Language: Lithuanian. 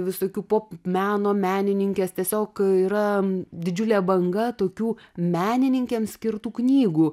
visokių popmeno menininkės tiesiog yra didžiulė banga tokių menininkėms skirtų knygų